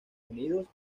unidos